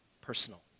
personal